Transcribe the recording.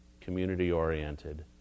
community-oriented